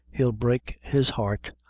he'll break his heart.